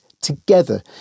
together